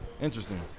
interesting